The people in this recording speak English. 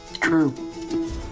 True